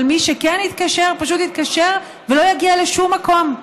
אבל מי שכן יתקשר פשוט יתקשר ולא יגיע לשום מקום.